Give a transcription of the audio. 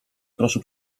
proszę